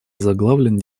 озаглавлен